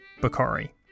Bakari